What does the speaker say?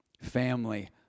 Family